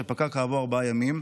ופקע כעבור ארבעה ימים,